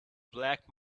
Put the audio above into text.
black